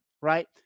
right